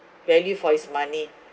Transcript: value for its money